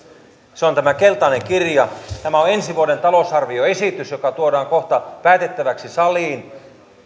vaihtoehtonsa tämän keltaisen kirjan tämä on ensi vuoden talousarvioesitys joka tuodaan kohta päätettäväksi saliin